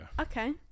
Okay